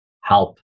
help